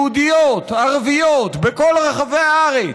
יהודיות, ערביות, בכל רחבי הארץ,